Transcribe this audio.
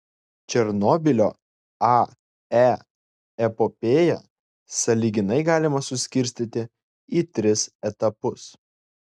černobylio ae epopėją sąlyginai galima suskirstyti į tris etapus